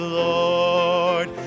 lord